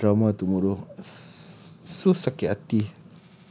I want to watch my drama tomorrow so sakit hati